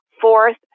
fourth